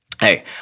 hey